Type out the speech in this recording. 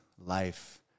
life